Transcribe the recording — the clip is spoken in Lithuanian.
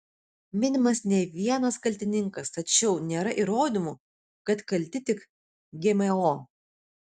minimas ne vienas kaltininkas tačiau nėra įrodymų kad kalti tik gmo